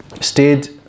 Stayed